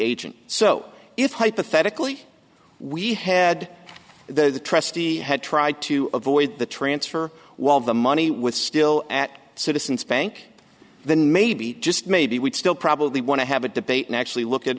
agent so if hypothetically we had that the trustee had tried to avoid the transfer while the money with still at citizens bank then maybe just maybe we'd still probably want to have a debate and actually look at